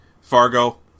Fargo